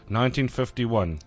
1951